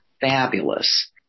fabulous